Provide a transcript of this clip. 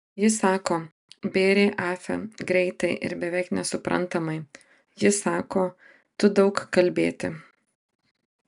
ji sako bėrė afe greitai ir beveik nesuprantamai ji sako tu daug kalbėti